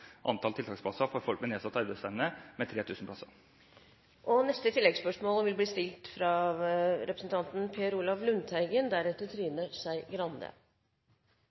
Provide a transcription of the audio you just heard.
antall tiltaksplasser for folk med nedsatt arbeidsevne med 3 000. Per Olaf Lundteigen